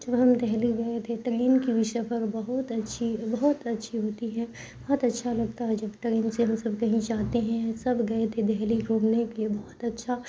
جب ہم دہلی گئے تھے ٹرین کی بھی سفر بہت اچھی بہت اچھی ہوتی ہے بہت اچھا لگتا ہے جب ٹرین سے ہم سب کہیں جاتے ہیں سب گئے تھے دہلی گھومنے کے بہت اچھا